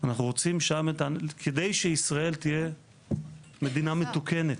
כדי שישראל תהיה מדינה מתוקנת.